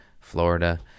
florida